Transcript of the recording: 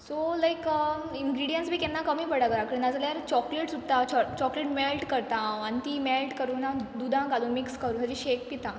so लायक ingredients बी केन्ना कमी पडटा घरा कडेन ना जाल्यार चॉकलेट्स उत्ता छो चॉकलेट मॅल्ट करतां हांव आनी ती मॅल्ट करून हांव दुदा घालून मिक्स करून तेजे शेक पिता